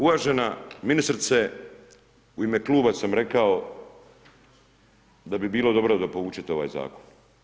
Uvažena ministrice u ime kluba sam rekao da bi bilo dobro da povučete ovaj zakon.